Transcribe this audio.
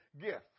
gift